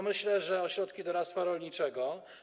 Myślę o ośrodkach doradztwa rolniczego.